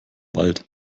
wald